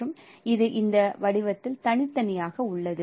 மற்றும் இது இந்த வடிவத்தில் தனித்தனியாக உள்ளது